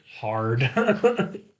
hard